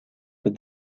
with